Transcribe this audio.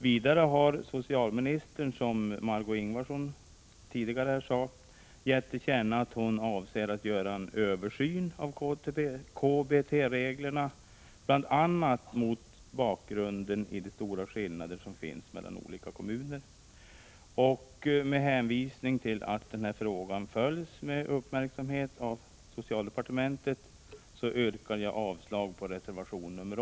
Vidare har socialministern, som Margö Ingvardsson tidigare här sade, gett till känna att hon avser att göra en översyn av KBT-reglerna, bl.a. mot bakgrund av de stora skillnader som finns mellan olika kommuner. Med hänvisning till att socialdepartementet uppmärksamt följer frågan yrkar jag avslag på reservation nr 8.